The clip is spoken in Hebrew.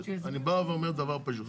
אני בא ואומר דבר פשוט.